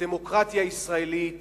הדמוקרטיה הישראלית